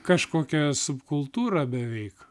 kažkokia subkultūra beveik